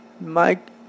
Mike